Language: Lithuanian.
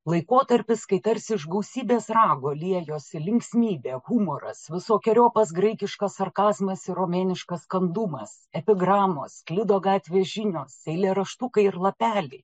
laikotarpis kai tarsi iš gausybės rago liejosi linksmybė humoras visokeriopas graikiškas sarkazmas ir romėniškas kandumas epigramos sklido gatvės žinios eilėraštukai ir lapeliai